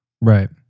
right